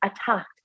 attacked